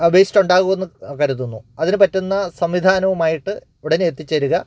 waste ഉണ്ടാകുമെന്ന് കരുതുന്നു അതിന് പറ്റുന്ന സംവിധാനവുമായിട്ട് ഉടനെ എത്തിച്ചേരുക